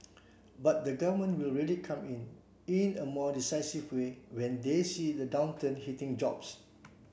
but the Government will really come in in a more decisive way when they see the downturn hitting jobs